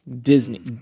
Disney